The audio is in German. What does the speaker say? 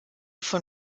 von